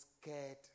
scared